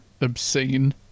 obscene